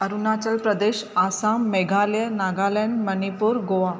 Arunachal Pradesh Assam Meghalaya Nagaland Manipur Goa